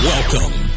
Welcome